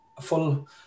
full